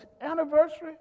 anniversary